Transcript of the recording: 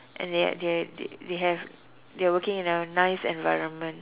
and they have they they have they are working in a nice environment